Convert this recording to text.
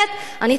אני טוענת,